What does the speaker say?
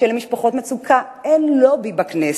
שלמשפחות מצוקה אין לובי בכנסת,